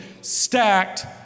stacked